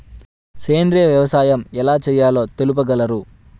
సేంద్రీయ వ్యవసాయం ఎలా చేయాలో తెలుపగలరు?